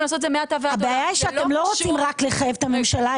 הבעיה שאתם לא רוצים רק לחייב את הממשלה,